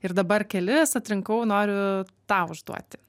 ir dabar kelis atrinkau noriu tau užduoti